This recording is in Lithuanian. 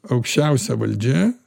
aukščiausia valdžia